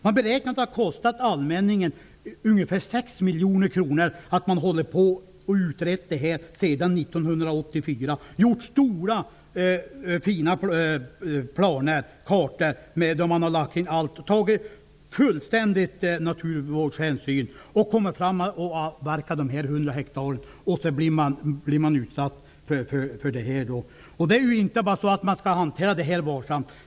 Man beräknar att det har kostat allmänningen ungefär 6 miljoner kronor att den här frågan utretts sedan 1984. Det har gjorts stora fina kartor, där allt är medtaget. Fullständig naturvårdshänsyn har tagits, och man har kommit fram till att låta avverka dessa 100 hektar. Därefter kommer detta! Frågan skall ju inte bara hanteras varsamt.